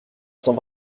cent